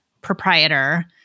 proprietor